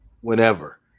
whenever